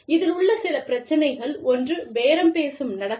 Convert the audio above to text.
இதில் உள்ள சில பிரச்சனைகள் ஒன்று பேரம் பேசும் நடத்தை